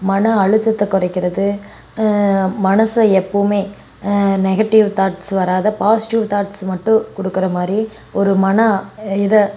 மன அழுத்தத குறைக்கிறது மனதை எப்பவுமே நெகடிவ் தாட்ஸ் வராது பாஸிட்டிவ் தாட்ஸ் மட்டும் கொடுக்குற மாதிரி ஒரு மன இதை